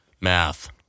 math